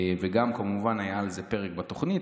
וגם כמובן היה על זה פרק בתוכנית,